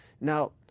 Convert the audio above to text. Now